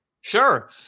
sure